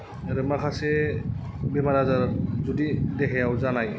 आरो माखासे बेमार आजार जुदि देहायाव जानाय